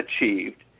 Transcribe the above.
achieved